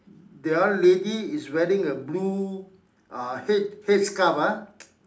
the other lady is wearing a blue uh head head scarf ah